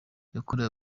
yakorewe